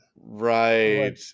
Right